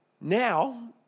now